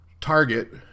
Target